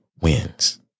wins